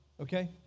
okay